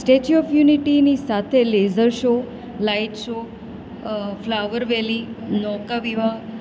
statue of યુનિટીની સાથે laser show light show flower valley નૌકા વિહાર